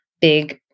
big